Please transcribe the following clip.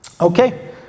Okay